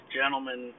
gentlemen